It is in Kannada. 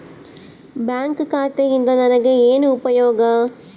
ಬ್ಯಾಂಕ್ ಖಾತೆಯಿಂದ ನನಗೆ ಏನು ಉಪಯೋಗ?